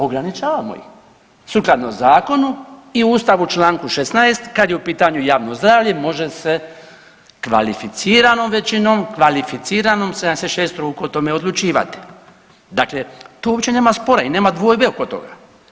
Ograničavamo ih sukladno zakonu i Ustavu čl. 16. kada je u pitanju javno zdravlje može se kvalificiranom većinom, kvalificiranom 76 ruku o tome odlučivati, dakle tu uopće nema spora i nema dvojbe oko toga.